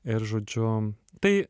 ir žodžiu tai